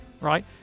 right